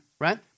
right